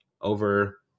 over